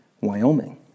Wyoming